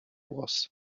was